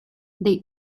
they